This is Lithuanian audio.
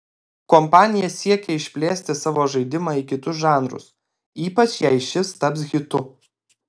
kompanija siekia išplėsti savo žaidimą į kitus žanrus ypač jei šis taps hitu